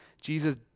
Jesus